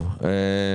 טוב.